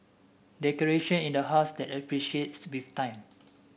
decoration in the house that appreciates with time